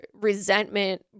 resentment